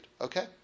Okay